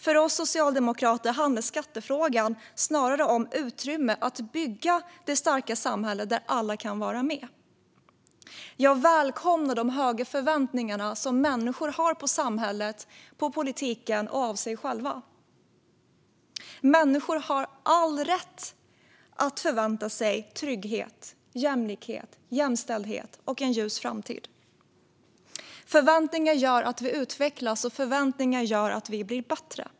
För oss socialdemokrater handlar skattefrågan snarare om utrymme att bygga det starka samhälle där alla kan vara med. Jag välkomnar de höga förväntningar som människor har på samhället, på politiken och på sig själva. Människor har all rätt att förvänta sig trygghet, jämlikhet, jämställdhet och en ljus framtid. Förväntningar gör att vi utvecklas och blir bättre.